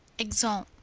exeunt.